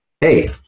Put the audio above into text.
hey